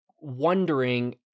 wondering